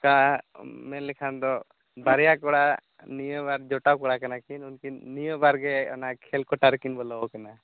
ᱚᱱᱠᱟ ᱢᱮᱱ ᱞᱮᱠᱷᱟᱱ ᱫᱚ ᱵᱟᱨᱭᱟ ᱠᱚᱲᱟ ᱱᱤᱭᱟᱹ ᱵᱟᱨ ᱡᱚᱴᱟᱣ ᱠᱚᱲᱟ ᱠᱟᱱᱟ ᱠᱤᱱ ᱩᱱᱠᱤᱱ ᱱᱤᱭᱟᱹ ᱵᱟᱨᱜᱮ ᱚᱱᱟ ᱠᱷᱮᱞ ᱠᱚᱴᱟ ᱨᱮᱠᱤᱱ ᱵᱚᱞᱚ ᱟᱠᱟᱱᱟ